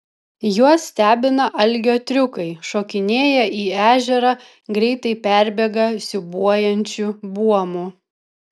juos stebina algio triukai šokinėja į ežerą greitai perbėga siūbuojančiu buomu